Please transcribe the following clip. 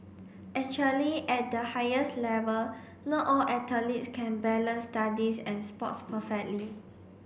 actually at the highest level not all athletes can balance studies and sports perfectly